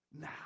now